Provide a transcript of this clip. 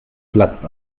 platzt